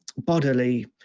bodily,